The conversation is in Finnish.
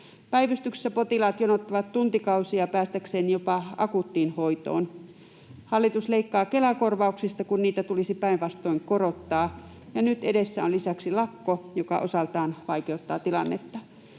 Päivystyksessä potilaat jonottavat tuntikausia jopa päästäkseen akuuttiin hoitoon. Hallitus leikkaa Kela-korvauksista, kun niitä tulisi päinvastoin korottaa, ja nyt edessä on lisäksi lakko, joka osaltaan vaikeuttaa tilannetta.